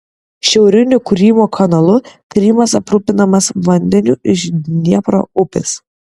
šiauriniu krymo kanalu krymas aprūpinamas vandeniu iš dniepro upės